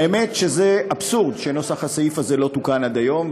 האמת היא שזה אבסורד שנוסח הסעיף הזה לא תוקן עד היום.